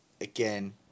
again